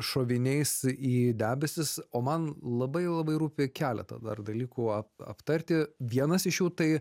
šoviniais į debesis o man labai labai rūpi keletą dar dalykų aptarti vienas iš jų tai